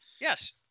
Yes